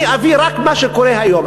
אני אביא רק מה שקורה היום,